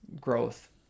growth